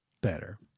better